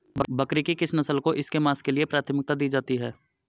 बकरी की किस नस्ल को इसके मांस के लिए प्राथमिकता दी जाती है?